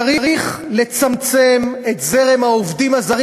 צריך לצמצם את זרם העובדים הזרים,